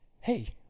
hey